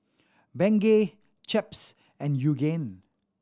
Bengay Chaps and Yoogane